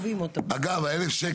אגב ה-1,000 שקל,